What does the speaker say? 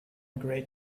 gray